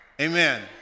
Amen